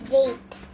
Date